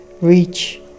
reach